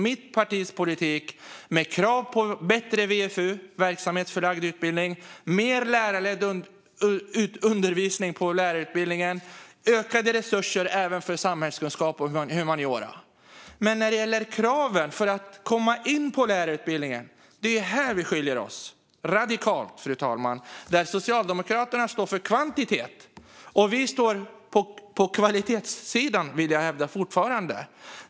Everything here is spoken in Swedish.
Det handlar om krav på bättre verksamhetsförlagd utbildning, VFU, mer lärarledd undervisning på lärarutbildningen och ökade resurser även för samhällskunskap och humaniora. Men vi skiljer oss radikalt åt när det gäller kraven för att komma in på lärarutbildningen, fru talman. Socialdemokraterna står för kvantitet, och vi står på kvalitetssidan. Det vill jag fortfarande hävda.